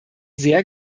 sehr